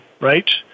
right